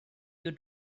your